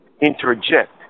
interject